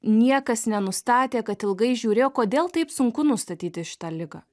niekas nenustatė kad ilgai žiūrėjo kodėl taip sunku nustatyti šitą ligą